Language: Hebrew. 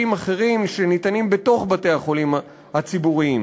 אחרים שניתנים בתוך בתי החולים הציבוריים,